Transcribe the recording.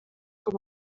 com